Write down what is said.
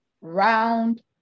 round